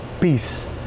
peace